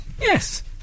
Yes